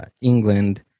England